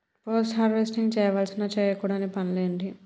Post harvesting చేయవలసిన చేయకూడని పనులు ఏంటి?